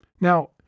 Now